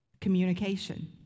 communication